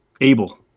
Abel